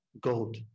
gold